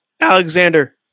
Alexander